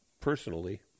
personally